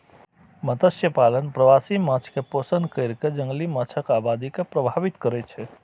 मत्स्यपालन प्रवासी माछ कें पोषण कैर कें जंगली माछक आबादी के प्रभावित करै छै